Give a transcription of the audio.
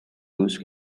use